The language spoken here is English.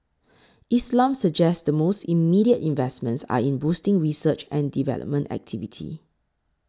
Islam suggests the most immediate investments are in boosting research and development activity